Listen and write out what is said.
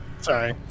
sorry